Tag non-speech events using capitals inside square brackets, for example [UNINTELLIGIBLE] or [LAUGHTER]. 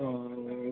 [UNINTELLIGIBLE]